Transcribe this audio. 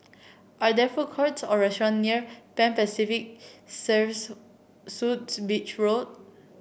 are there food courts or restaurant near Pan Pacific Serves Suites Beach Road